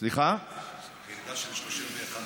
ירידה של 31%?